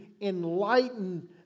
enlighten